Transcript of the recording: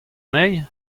anezhi